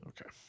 Okay